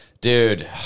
Dude